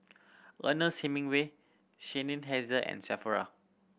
Ernest Hemingway Seinheiser and Sephora